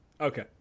Okay